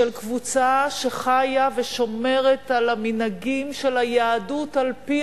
של קבוצה שחיה ושומרת על המנהגים של היהדות על-פי